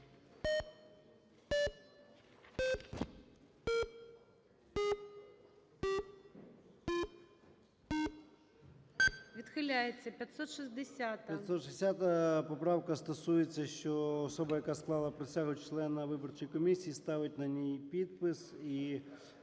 ЧЕРНЕНКО О.М. 560-а поправка стосується, що особа, яка склала присягу члена виборчої комісії, ставить на ній підпис, і